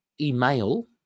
email